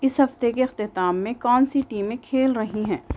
اس ہفتے کے اختتام میں کون سی ٹیمیں کھیل رہی ہیں